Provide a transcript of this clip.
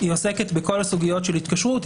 היא עוסקת בכל הסוגיות של התקשרות.